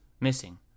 missing